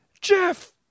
Jeff